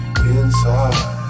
inside